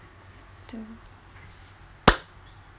two